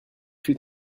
fût